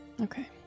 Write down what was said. Okay